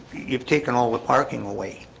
you've taken all the parking away.